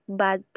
bad